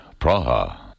Praha